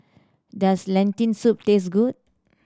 does Lentil Soup taste good